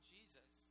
Jesus